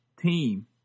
team